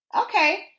Okay